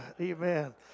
Amen